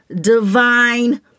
divine